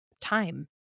time